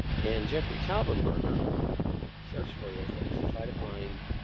and jeffrey taubenberger searched for the things to try to find